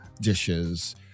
dishes